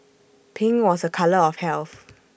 pink was A colour of health